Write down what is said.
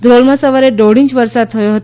ધ્રોલમાં સવારે દોઢ ઇંચ વરસાદ થયો હતો